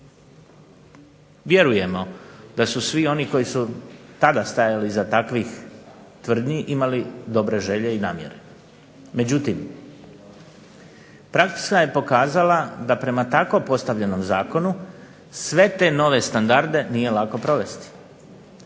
Vjerujemo da su svi oni koji su tada stajali iza takvih tvrdnji imali dobre želje i namjere. Međutim, praksa je pokazala da prema tako postavljenom zakonu sve te nove standarde nije lako provesti